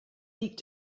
liegt